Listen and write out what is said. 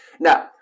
Now